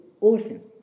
orphans